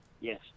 Yes